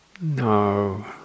no